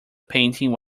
painting